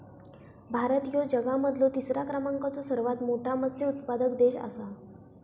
भारत ह्यो जगा मधलो तिसरा क्रमांकाचो सर्वात मोठा मत्स्य उत्पादक देश आसा